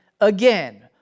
again